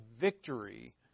victory